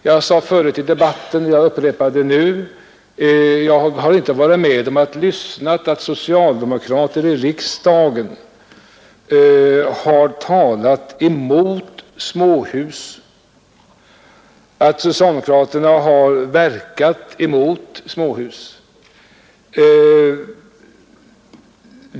Jag sade förut i debatten och jag upprepar det nu, att jag inte varit med om att höra socialdemokrater i riksdagen tala emot eller på annat sätt verka emot småhus.